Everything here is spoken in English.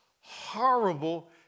horrible